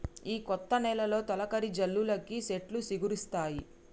ఈ కొత్త నెలలో తొలకరి జల్లులకి సెట్లు సిగురిస్తాయి